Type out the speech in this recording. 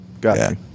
Gotcha